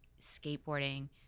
skateboarding